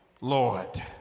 Lord